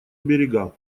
берега